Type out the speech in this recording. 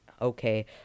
okay